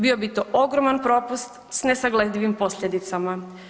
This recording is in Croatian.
Bio bi to ogroman propust s nesagledivim posljedicama.